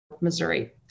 Missouri